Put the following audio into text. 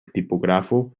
tipógrafo